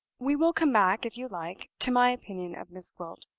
we will come back, if you like, to my opinion of miss gwilt.